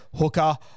Hooker